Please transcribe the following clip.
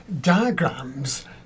Diagrams